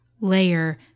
layer